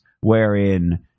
wherein